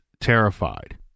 terrified